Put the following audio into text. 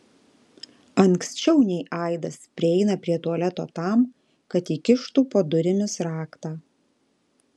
anksčiau nei aidas prieina prie tualeto tam kad įkištų po durimis raktą